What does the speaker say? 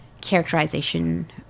characterization